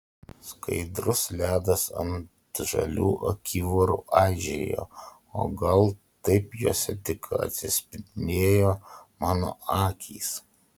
skaidrus ledas ant žalių akivarų aižėjo o gal taip juose tik atsispindėjo mano akys